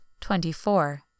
twenty-four